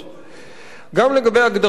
גם לגבי הגדרותיו של טרור,